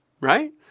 right